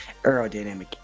aerodynamic